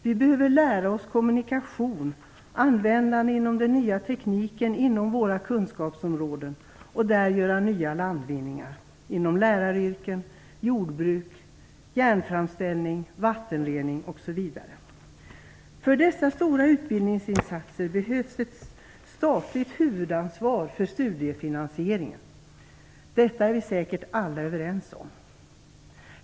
Vi behöver lära oss kommunikation, användande av den nya tekniken inom våra kunskapsområden och där göra nya landvinningar inom läraryrken, jordbruk, järnframställning, vattenrening osv. För dessa stora utbildningsinsatser behövs ett statligt huvudansvar för studiefinansieringen. Detta är vi säkert alla överens om.